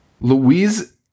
Louise